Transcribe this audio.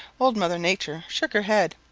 old mother nature shook her head.